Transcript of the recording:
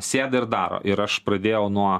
sėda ir daro ir aš pradėjau nuo